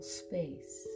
space